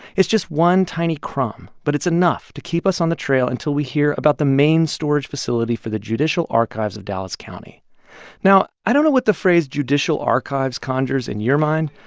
it's just one tiny crumb, but it's enough to keep us on the trail until we hear about the main storage facility for the judicial archives of dallas county now, i don't know what the phrase judicial archives conjures in your mind,